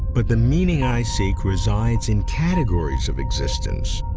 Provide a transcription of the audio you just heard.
but the meaning i seek resides in categories of existence,